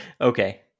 Okay